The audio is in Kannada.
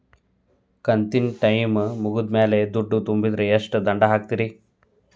ಕಂತಿನ ಟೈಮ್ ಮುಗಿದ ಮ್ಯಾಲ್ ದುಡ್ಡು ತುಂಬಿದ್ರ, ಎಷ್ಟ ದಂಡ ಹಾಕ್ತೇರಿ?